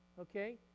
Okay